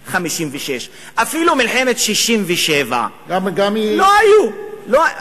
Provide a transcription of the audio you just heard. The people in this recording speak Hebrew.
56' אפילו מלחמת 67' לא היו.